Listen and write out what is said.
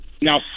Now